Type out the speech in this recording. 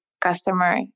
customer